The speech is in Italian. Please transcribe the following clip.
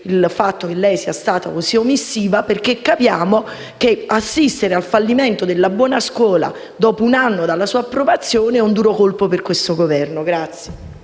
la quale lei è stata così omissiva: capiamo che assistere al fallimento della buona scuola dopo un anno dalla sua approvazione è un duro colpo per il Governo.